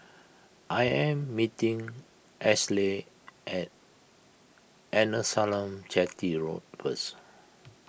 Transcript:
I am meeting Ashleigh at Arnasalam Chetty Road first